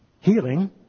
Healing